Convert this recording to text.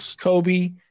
Kobe